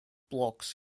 blocks